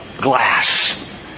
glass